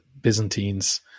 byzantines